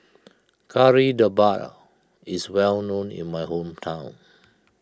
Kari Debal is well known in my hometown